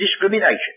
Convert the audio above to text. discrimination